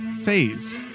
phase